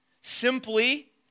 simply